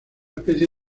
especie